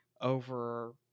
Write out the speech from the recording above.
over